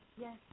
Yes